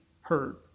heard